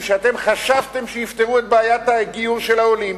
שחשבתם שיפתרו את בעיית הגיור של העולים.